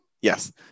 Yes